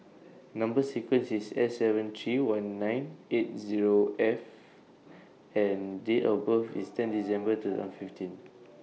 Number sequence IS S seven three one nine eight Zero F and Date of birth IS ten December two and fifteen